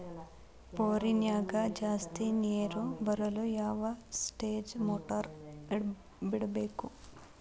ಬೋರಿನ್ಯಾಗ ಜಾಸ್ತಿ ನೇರು ಬರಲು ಯಾವ ಸ್ಟೇಜ್ ಮೋಟಾರ್ ಬಿಡಬೇಕು?